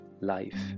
life